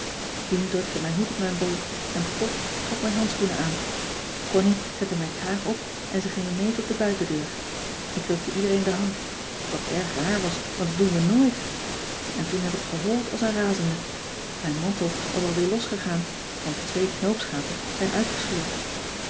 pien drukte mijn hoed op mijn bol en pop trok mijn handschoenen aan connie zette mijn kraag op en ze gingen mee tot de buitendeur ik drukte iedereen de hand wat erg raar was want dat doen we nooit en toen heb ik gehold als een razende mijn mantel was al weer losgegaan want twee knoopsgaten zijn uitgescheurd